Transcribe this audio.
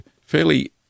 fairly